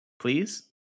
Please